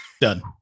Done